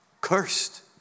Cursed